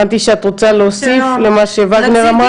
הבנתי שאת רוצה להוסיף למה שווגנר אמרה.